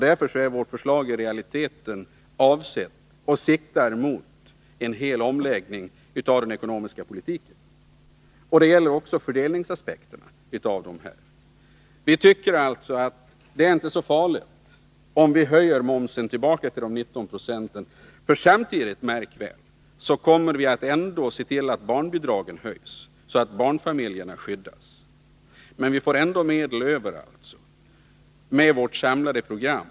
Därför siktar vårt förslag i realiteten mot en helomläggning av den ekonomiska politiken. Det gäller också fördelningsaspekterna. Vi tycker alltså att det inte är så farligt att höja momsen tillbaka till 19 96. Samtidigt — märk väl! — kommer vi nämligen att se till att barnbidragen höjs, så att barnfamiljerna skyddas. Men vi får ändå medel över med vårt samlade program.